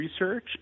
research